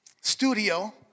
studio